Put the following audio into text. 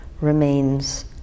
remains